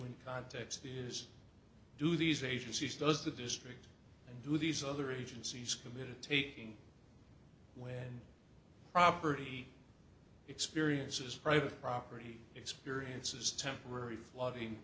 and context is do these agencies does the district and do these other agencies committed taking land property experiences private property experiences temporary flooding